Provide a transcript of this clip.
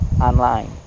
online